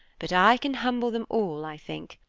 but i can humble them all, i think,